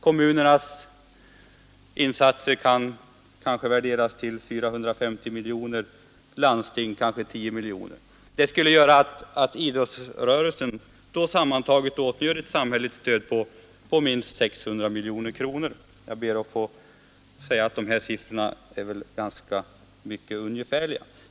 Kommunernas insatser kan kanske värderas till 450 miljoner kronor och landstingens känske till 10 miljoner. Detta skulle göra att idrottsrörelsen åtnjöt samhälleligt stöd på sammantaget minst 600 miljoner kronor. Jag ber att få tillägga att dessa siffror är ungefärliga.